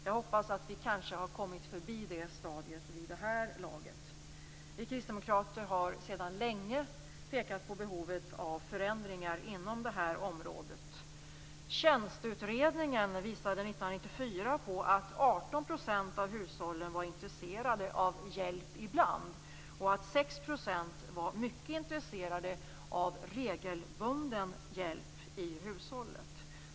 Jag hoppas att vi kanske har kommit förbi det stadiet vid det här laget. Vi kristdemokrater har sedan länge pekat på behovet av förändringar inom det här området. Tjänsteutredningen visade 1994 att 18 % av hushållen var intresserade av hjälp ibland. 6 % var mycket intresserade av regelbunden hjälp i hushållet.